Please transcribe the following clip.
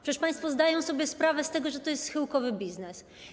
Przecież państwo zdają sobie sprawę z tego, że to jest schyłkowy biznes.